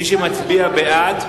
מי שמצביע בעד,